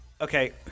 okay